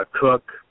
Cook